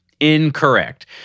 incorrect